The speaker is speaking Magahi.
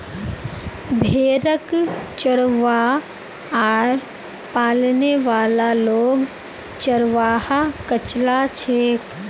भेड़क चरव्वा आर पालने वाला लोग चरवाहा कचला छेक